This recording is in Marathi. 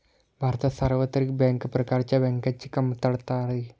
भारतात सार्वत्रिक बँक प्रकारच्या बँकांची कमतरता आहे